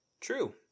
True